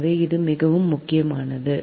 எனவே இது மிகவும் முக்கியமானது